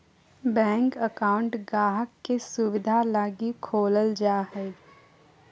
bank account गाहक़ के सुविधा लगी खोलल जा हय